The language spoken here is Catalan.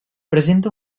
presenta